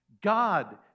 God